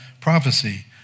prophecy